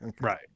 right